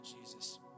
Jesus